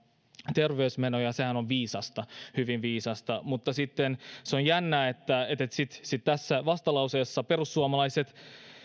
terveysmenoja ja sehän on viisasta hyvin viisasta mutta on jännää että että sitten tässä vastalauseessa perussuomalaiset